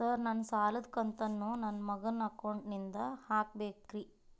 Sir ನನ್ನ ಸಾಲದ ಕಂತನ್ನು ನನ್ನ ಮಗನ ಅಕೌಂಟ್ ನಿಂದ ಹಾಕಬೇಕ್ರಿ?